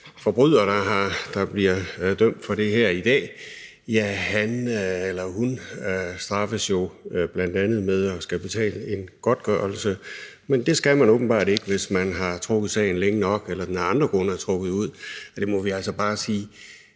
forbryder, der bliver dømt for det her i dag, straffes jo bl.a. med at skulle betale en godtgørelse, men det skal han eller hun åbenbart ikke, hvis vedkommende har trukket sagen længe nok eller den af andre grunde er trukket ud. Der må vi altså bare sige,